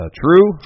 true